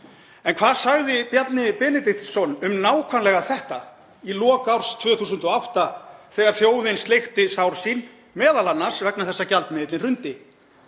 En hvað sagði Bjarni Benediktsson um nákvæmlega þetta í lok árs 2008 þegar þjóðin sleikti sár sín, m.a. vegna þess að gjaldmiðillinn hrundi?